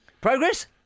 Progress